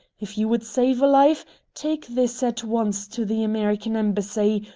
if you would save a life take this at once to the american embassy,